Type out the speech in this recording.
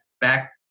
back